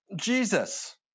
jesus